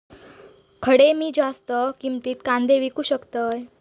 खडे मी जास्त किमतीत कांदे विकू शकतय?